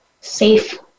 safe